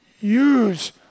use